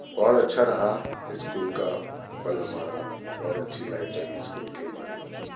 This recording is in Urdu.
بہت اچھا رہا اسکول کا پل ہمارا بہت اچھی لائف رہی اسکول کی ہماری